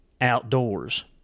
outdoors